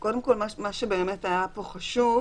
מה שבאמת היה פה חשוב,